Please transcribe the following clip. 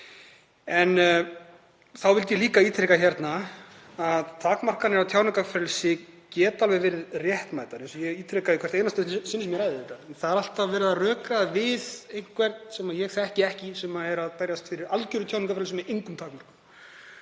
Þá vil ég líka ítreka að takmarkanir á tjáningarfrelsi geta alveg verið réttmætar, eins og ég segi í hvert einasta sinn sem ég ræði þetta. Það er alltaf verið að rökræða við einhvern sem ég þekki ekki sem er að berjast fyrir algjöru tjáningarfrelsi með engum takmörkunum.